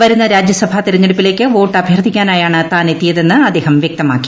വരുന്ന രാജ്യസഭാ തെരഞ്ഞെടുപ്പിലേക്ക് വോട്ട് അഭ്യർത്ഥിക്കാനായാണ് താൻ എത്തിയതെന്ന് അദ്ദേഹം വൃക്തമാക്കി